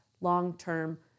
long-term